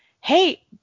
Hey